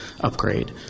upgrade